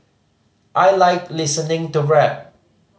I like listening to rap